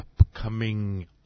upcoming